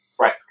right